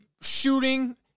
shooting